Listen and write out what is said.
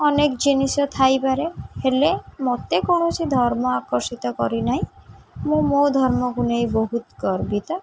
ଅନେକ ଜିନିଷ ଥାଇପାରେ ହେଲେ ମୋତେ କୌଣସି ଧର୍ମ ଆକର୍ଷିତ କରିନାହିଁ ମୁଁ ମୋ ଧର୍ମକୁ ନେଇ ବହୁତ ଗର୍ବିତ